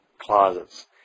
closets